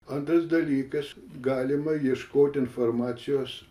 antras dalykas galima ieškoti informacijos